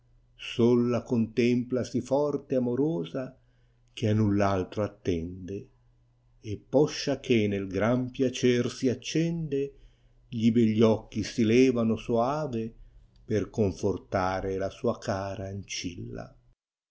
la contempla sì forte amorosa ghe a nuli altro attende e posciachè nel gran piacer si accende gli begli occhi si levano soave per confortare la sua cara aneilla